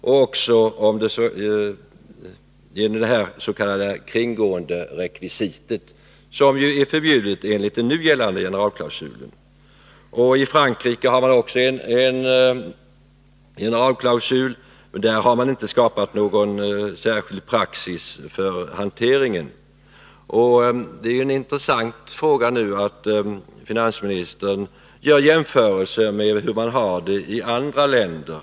Detsamma gäller det s.k. kringgåenderekvisitet, som finns redan i den nu gällande generalklausulen. I Frankrike, där man också har en generalklausul, har man inte skapat någon särskild praxis för hanteringen av denna. Det är ju intressant att finansministern nu gör jämförelser med hur det är i andra länder.